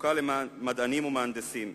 זקוקה למדענים ולמהנדסים.